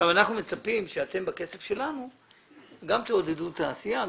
אנחנו מצפים שאתם בכסף שלנו גם תעודדו תעשייה,